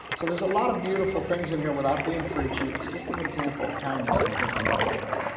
so there's a lot of beautiful things in here, without being preachy, it's just an example of kindness and i think we need that right